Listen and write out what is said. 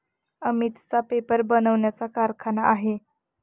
अमितचा पेपर बनवण्याचा कारखाना आहे